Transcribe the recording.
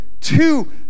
two